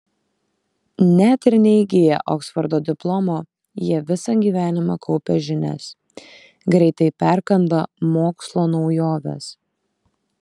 net ir neįgiję oksfordo diplomo jie visą gyvenimą kaupia žinias greitai perkanda mokslo naujoves